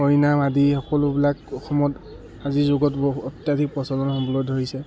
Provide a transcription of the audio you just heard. হৰিনাম আদি সকলোবিলাক অসমত আজিৰ যুগত বহু অত্যাধিক প্ৰচলন হ'বলৈ ধৰিছে